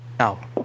Now